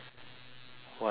what if they do